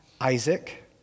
Isaac